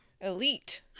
elite